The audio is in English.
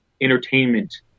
entertainment